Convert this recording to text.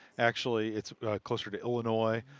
actually, it's closer to illinois.